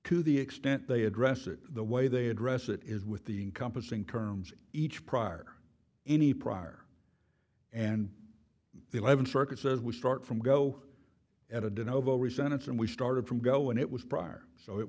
to the extent they address it the way they address it is with the compassing terms each prior any prior and the eleventh circuit says we start from go at a don't over recent and we started from go and it was prior so it